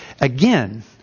again